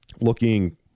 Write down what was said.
looking